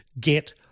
get